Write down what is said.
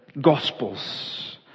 Gospels